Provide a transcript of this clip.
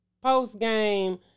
post-game